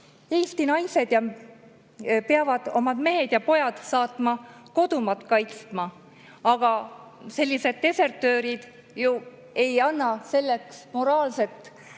Eesti naised peavad oma mehed ja pojad saatma kodumaad kaitsma. Aga sellised desertöörid ju ei anna selleks moraalset